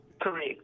Correct